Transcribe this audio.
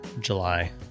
July